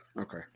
okay